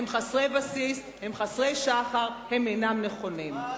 הם חסרי בסיס, הם חסרי שחר, הם אינם נכונים.